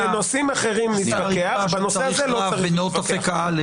בנושאים אחרים נתווכח, בנושא הזה לא צריך להתווכח.